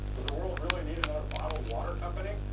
does the world really need another bottled water company?